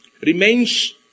remains